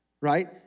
right